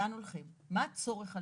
לאן הולכים, מה הצורך הלאומי?